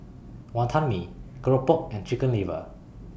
Wantan Mee Keropok and Chicken Liver